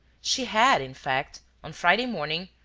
she had, in fact, on friday morning,